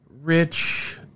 rich